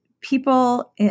people